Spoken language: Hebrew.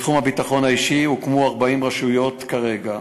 בתחום הביטחון האישי הוקמו 40 רשויות, כרגע.